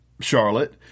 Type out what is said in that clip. Charlotte